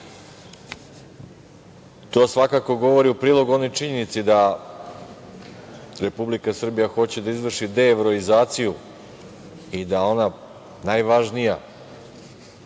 To svakako govori u prilog onoj činjenici da Republika Srbija hoće da izvrši deevroizaciju i da ona najvažnija